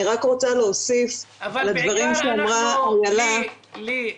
אני רק רוצה להוסיף לדברים שאמרה אילה --- לי,